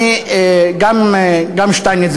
גם שטייניץ,